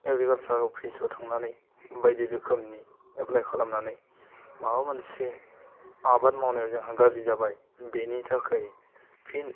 एग्रिकालसार अफिसाव थांनानै बायदि रोखोमनि एप्लाइ खालामनानै माबा मोनसे आबाद मावनायाव जोंहा गाज्रि जाबाय बेनि थाखाय फिन